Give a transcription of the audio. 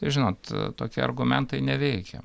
žinot tokie argumentai neveikia